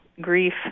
grief